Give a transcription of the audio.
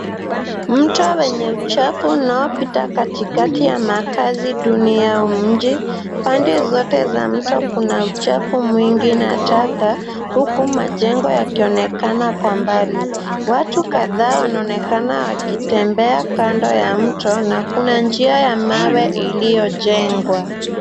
Mto wenye uchafu unaopita katikati ya makazi duni ya mji. Pande zote za mto kuna uchafu mwingi na taka huku majengo yakionekana kwa mbali. Watu kadhaa wanaonekana wakitembea kando ya mto na kuna njia ya mawe iliyojengwa.